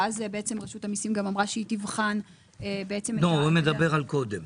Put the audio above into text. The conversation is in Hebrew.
ואז רשות המיסים אמרה שתבחן- -- הוא מדבר על קודם.